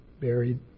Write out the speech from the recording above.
buried